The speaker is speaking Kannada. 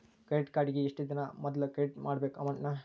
ಕ್ರೆಡಿಟ್ ಕಾರ್ಡಿಗಿ ಎಷ್ಟ ದಿನಾ ಮೊದ್ಲ ಕ್ರೆಡಿಟ್ ಮಾಡ್ಬೇಕ್ ಅಮೌಂಟ್ನ